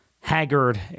haggard